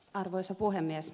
arvoisa puhemies